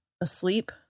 asleep